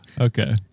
okay